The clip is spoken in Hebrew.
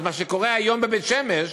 אז מה שקורה היום בבית-שמש,